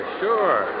sure